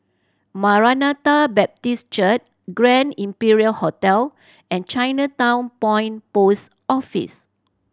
Maranatha Baptist Church Grand Imperial Hotel and Chinatown Point Post Office